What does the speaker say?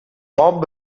bob